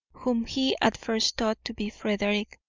whom he at first thought to be frederick.